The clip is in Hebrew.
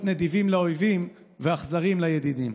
נדיבים לאויבים ואכזריים לידידים.